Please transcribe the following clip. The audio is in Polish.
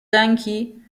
ręki